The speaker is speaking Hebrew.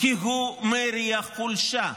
כי הוא מריח חולשה.